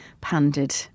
pandered